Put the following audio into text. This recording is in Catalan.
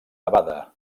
nevada